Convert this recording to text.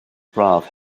braf